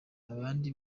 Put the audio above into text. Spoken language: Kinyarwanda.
abandi